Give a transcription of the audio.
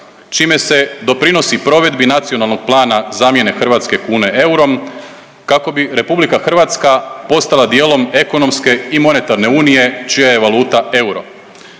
čime se doprinosi provedbi nacionalnog plana zamjene hrvatske kune eurom kako bi RH postala dijelom ekonomske i monetarne unije čija je valuta euro.